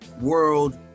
world